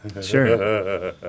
Sure